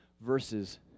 verses